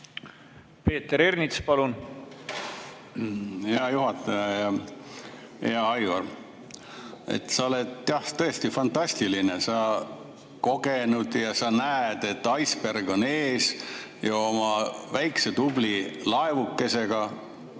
Peeter Ernits, palun! Hea juhataja! Hea Aivar! Sa oled jah tõesti fantastiline, sa oled kogenud ja sa näed, etEisbergon ees, ja oma väikese tubli laevukesega,